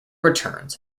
returns